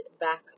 back